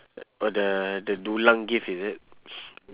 oh the the dulang gift is it